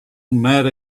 mad